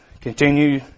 Continue